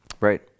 right